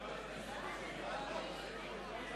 ההצעה להסיר מסדר-היום